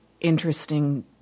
interesting